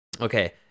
Okay